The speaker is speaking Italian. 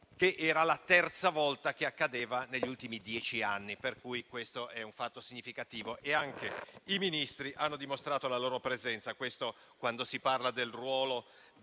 ed era la terza volta che accadeva negli ultimi dieci anni: questo è un fatto significativo. Anche i Ministri hanno dimostrato la loro presenza. Questo quando si parla del ruolo